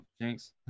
thanks